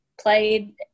Played